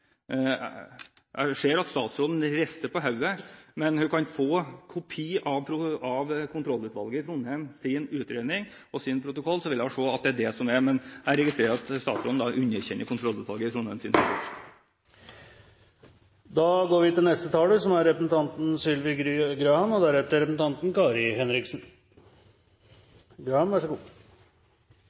Jeg ser at statsråden rister på hodet, men hun kan få kopi av utredningen og protokollen fra kontrollutvalget i Trondheim. Da vil hun se at det er det som er tilfellet. Men jeg registrerer at statsråden underkjenner rapporten fra kontrollutvalget i Trondheim.